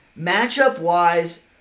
matchup-wise